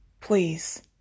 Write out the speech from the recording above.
Please